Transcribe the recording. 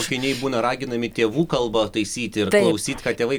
mokiniai būna raginami tėvų kalbą taisyti ir klausyt ką tėvai